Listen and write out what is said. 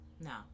no